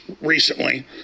recently